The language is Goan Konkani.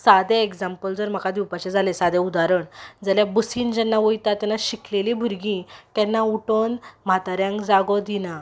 सादें एग्जांपल जर म्हाका दिवपाचें जालें सादें उदारण जाल्या बसीन जेन्ना वयता तेन्ना शिकलेलीं भुरगीं केन्ना उठून म्हाताऱ्यांक जागो दिना